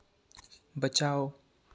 बचाओ